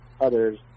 others